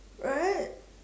right